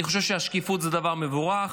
אני חושב שהשקיפות זה דבר מבורך.